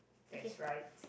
that's right